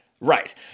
right